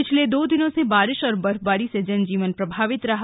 पिछले दो दिनों से बारिश और बर्फबारी से जनजीवन प्रभावित रहा